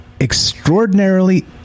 extraordinarily